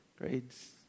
grades